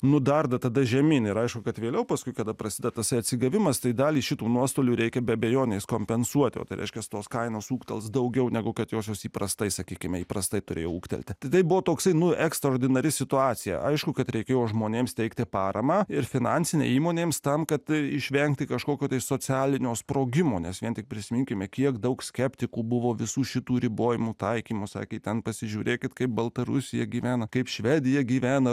nudarda tada žemyn ir aišku kad vėliau paskui kada prasideda tasai atsigavimas tai dalį šitų nuostolių reikia be abejonės kompensuoti o tai reiškia tos kainos ūgtels daugiau negu kad josios įprastai sakykime įprastai turėjo ūgtelti tada buvo toksai nu ekstraordinari situacija aišku kad reikėjo žmonėms teikti paramą ir finansinę įmonėms tam kad išvengti kažkokio tai socialinio sprogimo nes vien tik prisiminkime kiek daug skeptikų buvo visų šitų ribojimų taikymo sakė ten pasižiūrėkit kaip baltarusija gyvena kaip švedija gyvena